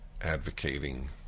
advocating